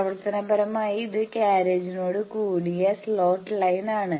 പ്രവർത്തനപരമായി ഇത് കാര്യേജ്നോട് കൂടിയ സ്ലോട്ട് ലൈൻ ആണ്